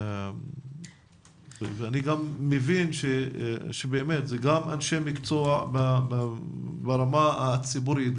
אני מבין שאלה אנשי מקצוע ברמה הציבורית,